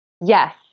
yes